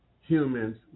humans